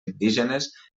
indígenes